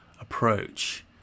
approach